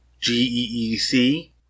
G-E-E-C